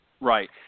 Right